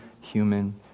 human